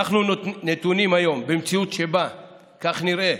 אנחנו נתונים היום במציאות שבה נראה